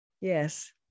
Yes